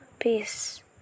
peace